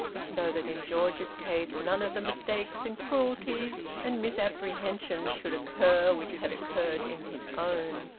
so that in george's case none of the mistakes and cruelties and misapprehensions should occur which had occurred in his own.